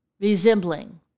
resembling